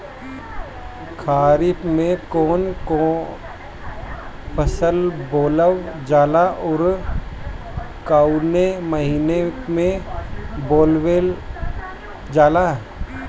खरिफ में कौन कौं फसल बोवल जाला अउर काउने महीने में बोवेल जाला?